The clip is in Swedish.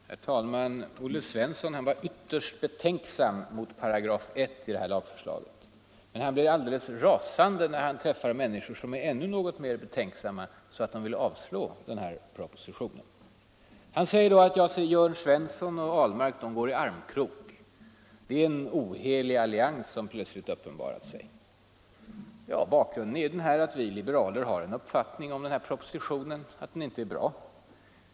Herr talman! Olle Svensson var ”ytterst betänksam” mot 15§ i det här lagförslaget. Men han blir rasande när han träffar människor som är ännu något mer betänksamma och vill avslå propositionen. Han säger att Jörn Svensson och Ahlmark ”går i armkrok”. Det är ”en ohelig allians” som plötsligt uppenbarar sig. Bakgrunden är att vi liberaler har den uppfattningen om propositionen att den inte är bra.